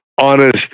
Honest